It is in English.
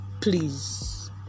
please